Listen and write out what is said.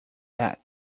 that